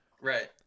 Right